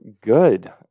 good